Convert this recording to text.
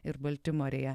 ir baltimorėje